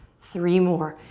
three more.